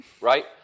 Right